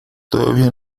todavía